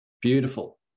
Beautiful